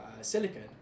silicon